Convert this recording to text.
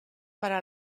para